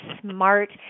smart